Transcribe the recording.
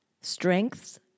strengths